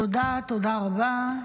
תודה, תודה רבה.